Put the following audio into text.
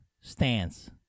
stance